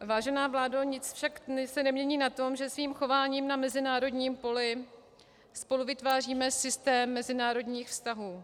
Vážená vládo, nic však se nemění na tom, že svým chováním na mezinárodním poli spoluvytváříme systém mezinárodních vztahů.